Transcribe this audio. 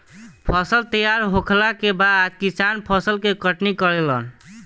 फसल तैयार होखला के बाद किसान फसल के कटनी करेलन